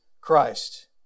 Christ